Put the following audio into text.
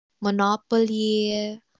Monopoly